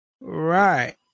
Right